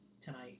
tonight